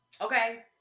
Okay